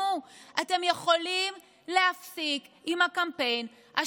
אתם יכול להפסיק עם הקמפיין השקרי הזה.